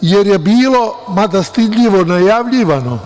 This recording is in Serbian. jer je bilo mada stidljivo najavljivano,